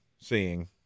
seeing